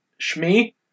Shmi